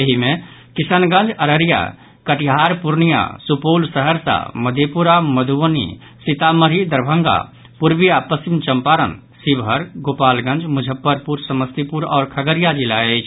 एहि मे किशनगंज अररिया कटिहार पूर्णिया सुपौल सहरसा मधेपुरा मधुबनी सीतामढ़ी दरभंगा पूर्वी आ पश्चिमी चंपारण शिवहर गोपालगंज मुजफ्फरपुर समस्तीपुर आओर खगड़िया जिला अछि